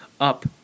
up